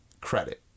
credit